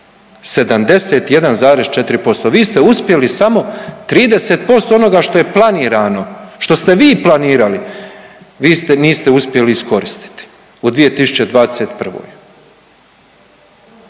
71,4%. Vi ste uspjeli samo 30% onoga što je planirano, što ste vi planirali, vi ste niste uspjeli iskoristiti u 2021.